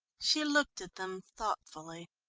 she looked at them thoughtfully.